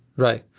right,